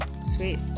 sweet